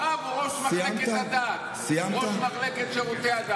הרב הוא ראש מחלקת שירותי הדת,